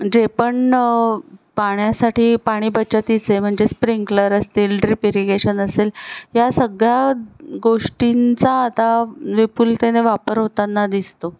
जे पण पाण्यासाठी पाणी बचतीचे म्हणजे स्प्रिंकलर असतील ड्रिप इरिगेशन असेल या सगळ्या गोष्टींचा आता विपुलतेने वापर होताना दिसतो